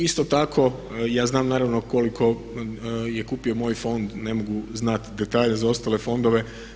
Isto tako ja znam naravno koliko je kupio moj fond, ne mogu znat detalje za ostale fondove.